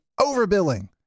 overbilling